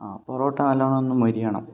ആ പൊറോട്ട നല്ലോണം ഒന്ന് മൊരിയണം